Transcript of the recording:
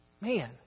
Man